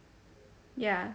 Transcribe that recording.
ya